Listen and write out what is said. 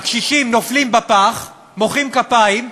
הקשישים נופלים בפח, מוחאים כפיים,